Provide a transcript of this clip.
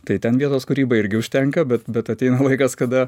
tai ten vietos kūrybai irgi užtenka bet bet ateina laikas kada